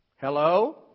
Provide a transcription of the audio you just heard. Hello